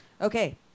Okay